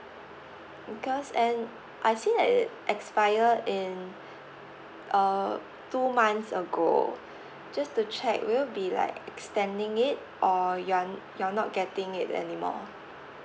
because and I see that it expire in uh two months ago just to check will you be like extending it or you are you are not getting it anymoreq